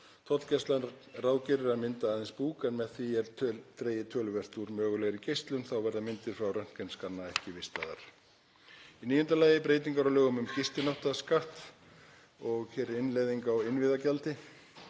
tíma. Tollgæslan ráðgerir að mynda aðeins búk en með því er dregið töluvert úr mögulegri geislun. Þá verða myndir úr röntgenskanna ekki vistaðar. Í níunda lagi eru það breytingar á lögum um gistináttaskatt og innleiðing á innviðagjaldi.